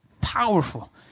Powerful